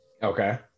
okay